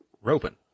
roping